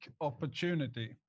opportunity